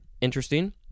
interesting